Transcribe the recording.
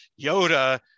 Yoda